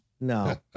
No